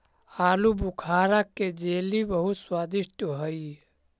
आलूबुखारा के जेली बहुत स्वादिष्ट हई